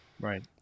Right